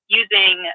using